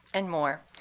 and more,